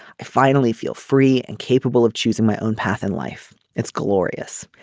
i finally feel free and capable of choosing my own path in life. it's glorious.